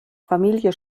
familie